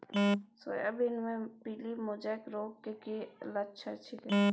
Soybean मे पीली mosaic रोग के की लक्षण छीये?